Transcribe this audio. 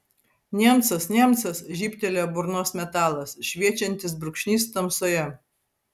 niemcas niemcas žybtelėjo burnos metalas šviečiantis brūkšnys tamsoje